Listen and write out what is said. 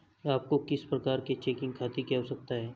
आपको किस प्रकार के चेकिंग खाते की आवश्यकता है?